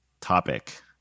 topic